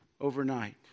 overnight